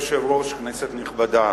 אדוני היושב-ראש, כנסת נכבדה,